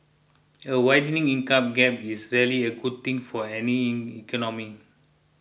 a widening income gap is rarely a good thing for any in economy